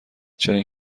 چنین